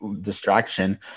distraction